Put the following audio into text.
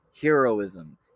heroism